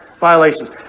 violations